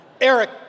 Eric